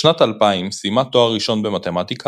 בשנת 2000 סיימה תואר ראשון במתמטיקה